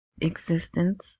existence